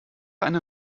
eine